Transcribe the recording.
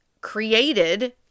created